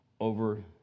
over